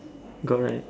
got right